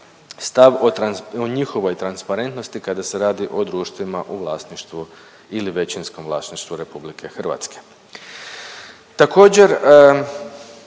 stav o njihovoj transparentnosti kada se radi o društvima u vlasništvu ili većinskom vlasništvu RH. Također